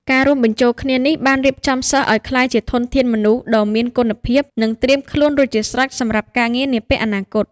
ការរួមបញ្ចូលគ្នានេះបានរៀបចំសិស្សឱ្យក្លាយជាធនធានមនុស្សដ៏មានគុណភាព និងត្រៀមខ្លួនរួចជាស្រេចសម្រាប់ការងារនាពេលអនាគត។